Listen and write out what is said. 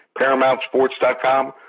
ParamountSports.com